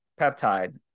peptide